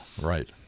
right